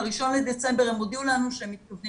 ב-1 בדצמבר הם הודיעו לנו שהם מתכוונים